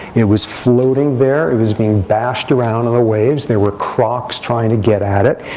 it was floating there. it was being bashed around on the waves. there were crocs trying to get at it.